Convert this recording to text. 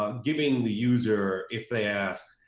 ah giving the user, if they ask,